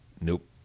Nope